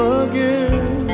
again